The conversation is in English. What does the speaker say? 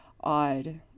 odd